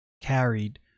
carried